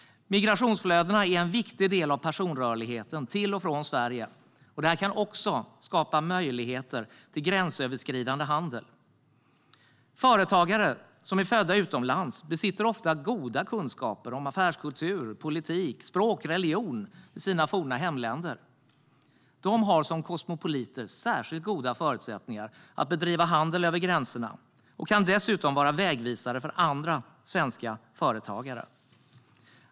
Migrationsflödena är en viktig del av personrörligheten till och från Sverige. Detta kan också skapa möjligheter för gränsöverskridande handel. Företagare som är födda utomlands besitter ofta goda kunskaper om affärskultur, politik, språk och religion i sina forna hemländer. De har som kosmopoliter särskilt goda förutsättningar att bedriva handel över gränserna och kan dessutom vara vägvisare för andra svenska företagare.